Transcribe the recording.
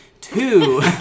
Two